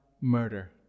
murder